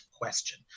question